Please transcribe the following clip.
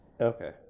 okay